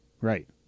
right